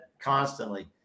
constantly